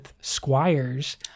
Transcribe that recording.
squires